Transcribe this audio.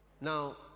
Now